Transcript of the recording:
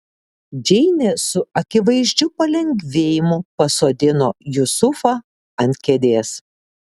džeinė su akivaizdžiu palengvėjimu pasodino jusufą ant kėdės